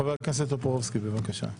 חבר הכנסת טופורובסקי, בבקשה.